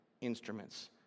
instruments